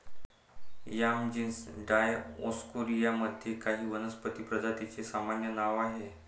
yam genus Dioscorea मध्ये काही वनस्पती प्रजातींचे सामान्य नाव आहे